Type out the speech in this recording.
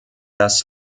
dass